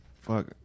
fuck